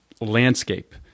landscape